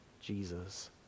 Jesus